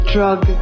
drug